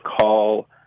call